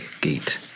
gate